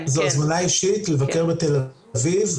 זו הזמנה אישית לבקר בתל אביב,